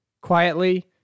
quietly